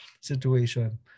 situation